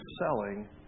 selling